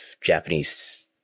japanese